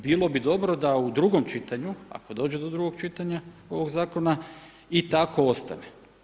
Bilo bi dobro da u drugom čitanju ako dođe do drugog čitanja ovoga zakona i tako ostane.